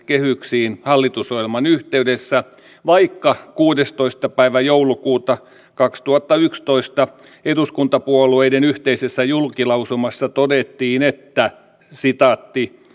kehyksiin hallitusohjelman yhteydessä vaikka kuudestoista päivä joulukuuta kaksituhattayksitoista eduskuntapuolueiden yhteisessä julkilausumassa todettiin että